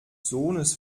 sohnes